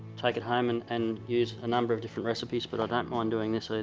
take it home and and use a number of different recipes, but i don't mind doing this. ah it